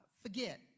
forget